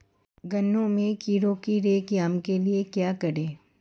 गन्ने में कीड़ों की रोक थाम के लिये क्या करें?